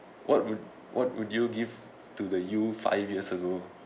what would what would you give to the you five years ago